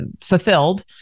fulfilled